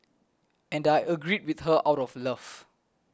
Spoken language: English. and I agreed with her out of love